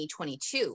2022